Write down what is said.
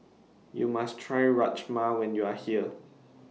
YOU must Try Rajma when YOU Are here